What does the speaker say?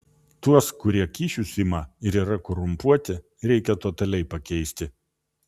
tuos kurie kyšius ima ir yra korumpuoti reikia totaliai pakeisti